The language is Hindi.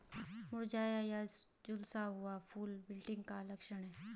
मुरझाया या झुलसा हुआ फूल विल्टिंग का लक्षण है